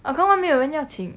hougang [one] 没有人要请